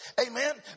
Amen